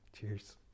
Cheers